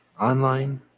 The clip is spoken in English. online